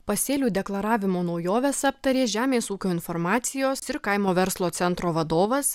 pasėlių deklaravimo naujoves aptarė žemės ūkio informacijos ir kaimo verslo centro vadovas